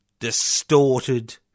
distorted